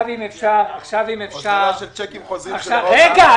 הוזלה של צ'קים חוזרים --- רגע,